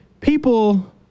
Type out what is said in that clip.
People